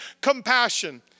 compassion